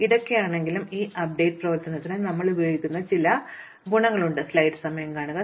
ഇതൊക്കെയാണെങ്കിലും ഈ അപ്ഡേറ്റ് പ്രവർത്തനത്തിന് ഞങ്ങൾക്ക് ഉപയോഗപ്രദമാകുന്ന ചില ഉപയോഗപ്രദമായ ഗുണങ്ങളുണ്ട്